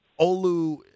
Olu